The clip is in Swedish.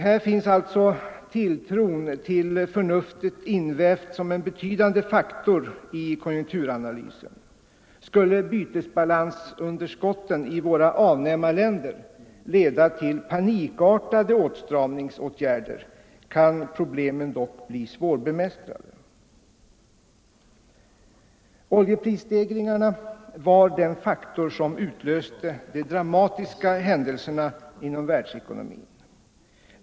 Här finns alltså tilltron till förnuftet invävt som en betydande faktor i konjunkturanalysen. Skulle bytesbalansunderskotten i våra avnämarländer leda till panikartade åtstramningsåtgärder, kan problemen dock bli svårbemästrade. Oljeprisstegringarna var den faktor som utlöste de dramatiska händelserna inom världsekonomin.